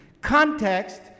Context